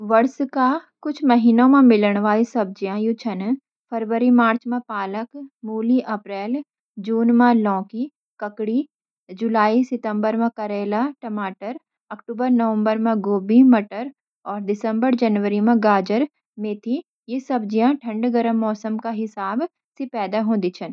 वर्ष के कुछ महीनां में मिलण वाली सब्जियाँ यू छ न: फरबरी-मार्च म पालक, मूली; अप्रैल-जून म लौकी, ककड़ी; जुलाई-सितंबर में करेला, टमाटर; अक्टूबर-नवंबर म गोभी, मटर; और दिसंबर-जनवरी में गाजर, मेथी। ई सब्जियाँ ठंड-गर्म मौसम के हिसाब से पैद हों दी छन।